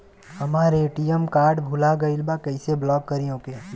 हमार ATM card भूला गईल बा कईसे ब्लॉक करी ओके?